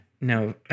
No